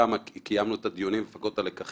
שם קיימנו את הדיונים, לפחות את הלקחים.